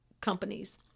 companies